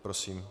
Prosím.